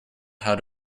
how